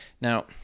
Now